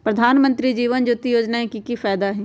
प्रधानमंत्री जीवन ज्योति योजना के की फायदा हई?